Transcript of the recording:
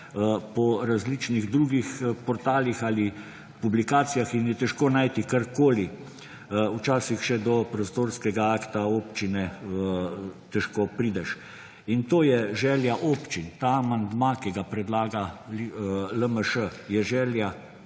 po različnih drugih portalih ali publikacijah, in je težko najti karkoli, včasih še do prostorskega akta občine težko prideš. In to je želja občin. Ta amandma, ki ga predlaga LMŠ, je želja